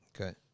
Okay